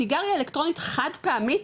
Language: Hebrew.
סיגריה אלקטרונית חד-פעמית,